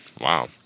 Wow